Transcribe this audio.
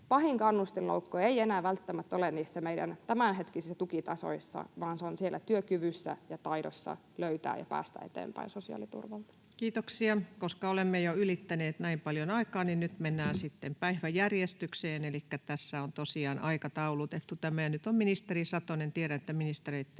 pahin kannustinloukku ei enää välttämättä ole niissä meidän tämänhetkisissä tukitasoissa vaan siellä työkyvyssä ja taidossa löytää ja päästä eteenpäin sosiaaliturvasta. Kiitoksia. — Koska olemme jo ylittäneet näin paljon aikaa, niin nyt mennään sitten päiväjärjestykseen, elikkä tässä on tosiaan aikataulutus. Ja nyt ministeri Satonen: